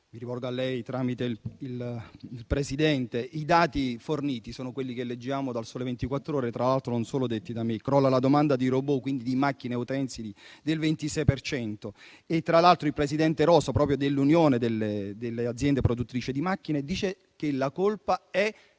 mi rivolgo a lei tramite il Presidente. I dati forniti sono quelli che leggiamo dal «Sole 24 Ore», tra l'altro riportati non solo da noi: crolla la domanda di *robot*, quindi di macchine utensili, del 26 per cento e, tra l'altro, il presidente Rosa dell'Unione delle aziende produttrici di macchine utensili dice che la colpa è